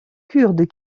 kurdes